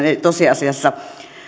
ei tosiasiassa